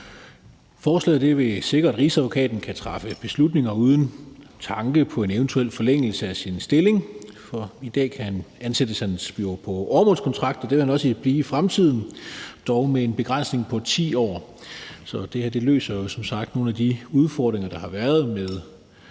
Forslaget vil sikre, at rigsadvokaten kan træffe beslutninger uden tanke på en eventuel forlængelse af sin stilling. I dag ansættes han jo på åremålskontrakt, og det vil han også blive i fremtiden, dog med en begrænsning på 10 år. Så det her løser som sagt nogle af de udfordringer, der har været med